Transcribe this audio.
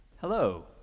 Hello